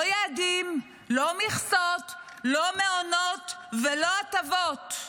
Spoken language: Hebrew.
לא יעדים, לא מכסות, לא מעונות ולא הטבות,